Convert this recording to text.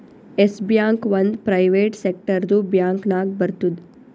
S bank ಒಂದ್ private ಸೆಕ್ಟರ್ದು bank ನಾಗ್ ಬರ್ತುದ್